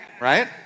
right